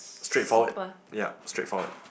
straightforward yea straightforward